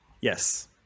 Yes